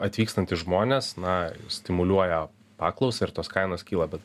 atvykstantys žmonės na stimuliuoja paklausą ir tos kainos kyla bet